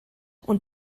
und